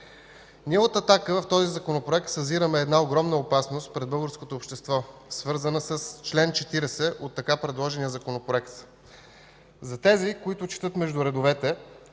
Ние от „Атака” в този Законопроект съзираме една огромна опасност пред българското общество, свързана с чл. 40 от така предложения Законопроект. За тези, които четат между редовете,